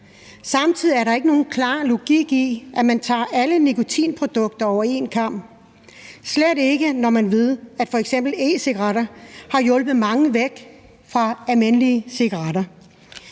Samtidig er der ikke nogen klar logik i, at man skærer alle nikotinprodukter over en kam, slet ikke når man ved, at f.eks. e-cigaretter har hjulpet mange væk fra almindelige cigaretter,